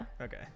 Okay